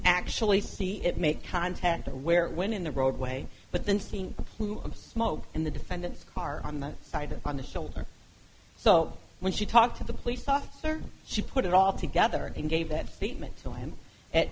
actually see it make contact or where it went in the roadway but then seen a clue of smoke in the defendant's car on the side on the shoulder so when she talked to the police officer she put it all together and gave that feynman to him at